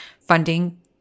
funding